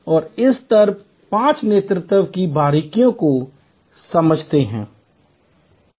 और इस स्तर 5 नेतृत्व की बारीकियों को समझते हैं